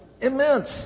immense